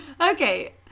Okay